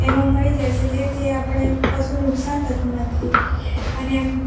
એમાં ભળી જાય છે જેથી આપણે કશું નુકસાન થતું નથી અને એમ